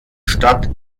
stadt